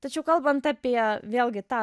tačiau kalbant apie vėlgi tą